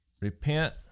repent